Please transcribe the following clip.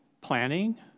planning